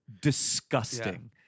disgusting